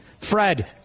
Fred